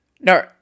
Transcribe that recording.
No